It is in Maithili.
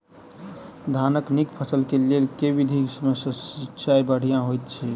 धानक नीक फसल केँ लेल केँ विधि सँ सिंचाई बढ़िया होइत अछि?